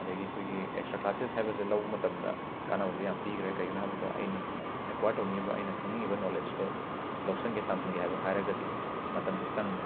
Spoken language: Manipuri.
ꯑꯗꯒꯤ ꯑꯩꯈꯣꯏꯒꯤ ꯑꯦꯛꯁꯇ꯭ꯔꯥ ꯀ꯭ꯂꯥꯁꯦꯁ ꯍꯥꯏꯕꯁꯦ ꯂꯧ ꯃꯇꯝꯗ ꯀꯥꯅꯕꯁꯦ ꯌꯥꯝꯅ ꯄꯤꯈ꯭ꯔꯦ ꯀꯩꯒꯤꯅꯣ ꯍꯥꯏꯕꯗ ꯑꯩꯅ ꯑꯦꯀ꯭ꯋꯥꯏꯔ ꯇꯧꯅꯤꯡꯉꯤꯕ ꯑꯩꯅ ꯈꯪꯅꯤꯡꯉꯤꯕ ꯅꯣꯂꯦꯠꯁꯇꯣ ꯂꯧꯁꯟꯒꯦ ꯇꯥꯟꯖꯟꯒꯦ ꯍꯥꯏꯕ ꯍꯥꯏꯔꯒꯗꯤ ꯃꯇꯝꯁꯦ ꯆꯪꯉꯦ